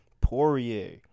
poirier